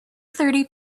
thirty